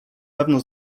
pewno